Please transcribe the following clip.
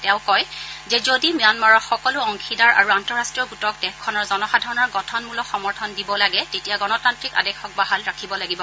তেওঁ কয় যে যদি ম্যানমাৰৰ সকলো অংশীদাৰ আৰু আন্তঃৰষ্টীয় গোটক দেশখনৰ জনসাধাৰণৰ গঠনমূলক সমৰ্থন দিব লাগে তেতিয়া গণতান্ত্ৰিক আদেশক বাহাল ৰাখিব লাগিব